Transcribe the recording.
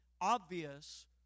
Obvious